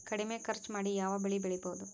ಕಡಮಿ ಖರ್ಚ ಮಾಡಿ ಯಾವ್ ಬೆಳಿ ಬೆಳಿಬೋದ್?